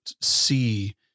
see